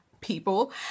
people